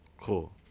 Cool